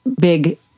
big